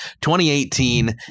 2018